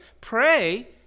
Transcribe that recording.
pray